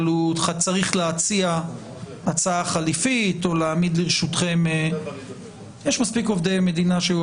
אבל הוא צריך להציע הצעה חליפית או להעמיד לרשותכם עובד מדינה.